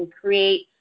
create